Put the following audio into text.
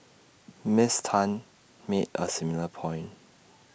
miss Tan made A similar point